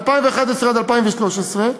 מ-2011 עד 2013,